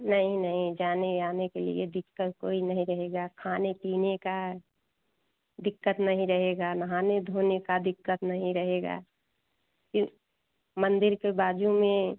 नहीं नहीं जाने आने के लिए दिक्कत कोई नहीं रहेगी खाने पीने की दिक्कत नहीं रहेगी नहाने धोने की दिक्कत नहीं रहेगी फिर मंदिर के बाज़ू में